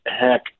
heck